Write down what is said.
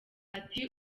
ati